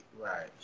right